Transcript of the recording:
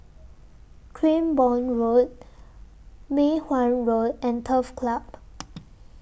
Cranborne Road Mei Hwan Road and Turf Club